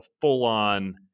full-on